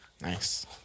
Nice